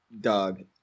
dog